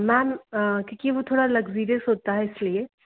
ma'am क्योंकि वो थोड़ा लक्ज़ीरियस होता है इस लिए